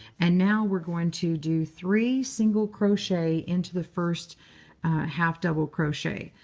and now, we're going to do three single crochet into the first half double crochet.